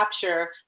capture